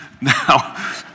Now